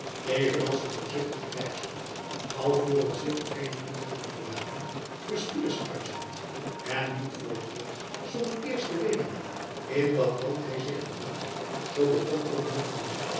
als een voorzichtig krijgshoofd alvorens zich op vreemd grondgebied te wagen verspieders uitzendt en niet voortrukt zonder eerst te weten in wat land hy zich bevindt zoo begon ook